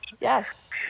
Yes